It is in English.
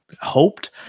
hoped